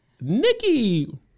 Nikki